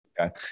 Okay